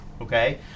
okay